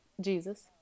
Jesus